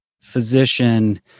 physician